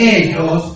ellos